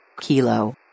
Kilo